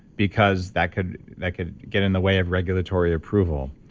because that could that could get in the way of regulatory approval,